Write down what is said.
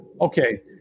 okay